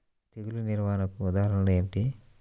తెగులు నిర్వహణకు ఉదాహరణలు ఏమిటి?